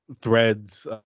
threads